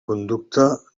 conducta